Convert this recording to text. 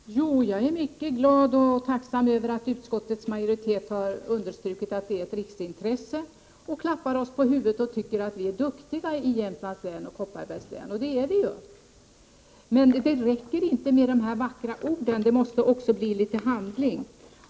Herr talman! Jo, jag är mycket glad och tacksam över att utskottets majoritet understryker att fäbodarna är ett riksintresse, klappar oss på huvudet och tycker att vi är duktiga i Jämtlands och Kopparbergs län — och det är vi. Men det räcker inte med vackra ord, utan det måste också bli handling.